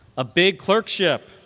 a big clerkship,